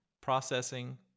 processing